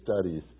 studies